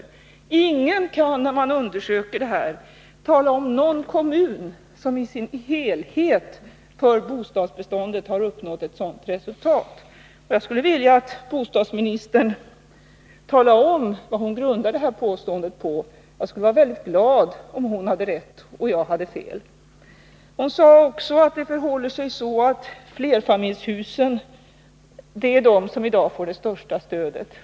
När man undersöker detta finner man att ingen kan tala om någon kommun som i sitt bostadsbestånd som helhet har uppnått ett sådant resultat. Jag skulle vilja att bostadsministern talar om vad hon grundar det här påståendet på, och jag skulle vara glad om hon hade rätt och jag fel. Bostadsministern sade också att det är flerfamiljshusen som i dag får det största stödet.